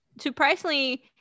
Surprisingly